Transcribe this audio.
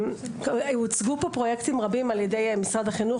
הוצגו פה על ידי משרד החינוך פרויקטים רבים,